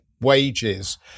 wages